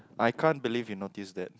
I can't believe you notice that